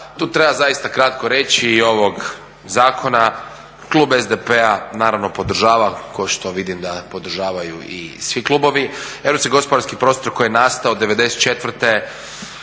tu treba zaista kratko reći i ovog zakona, klub SDP-a naravno podržava, kao što vidim da podržavaju i svi klubovi, Europski gospodarski prostor koji je nastao '94.,